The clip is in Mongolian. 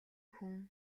хүн